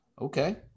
Okay